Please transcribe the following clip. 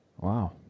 Wow